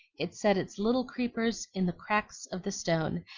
it set its little creepers in the crannies of the stone,